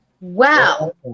Wow